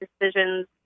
decisions